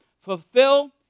fulfill